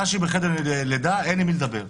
אשי בחדר לידה, אין עם מי לדבר.